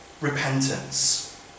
repentance